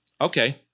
Okay